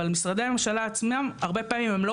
אבל משרדי הממשלה עצמם הרבה פעמים הם לא